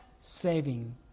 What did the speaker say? saving